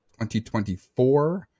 2024